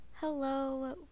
Hello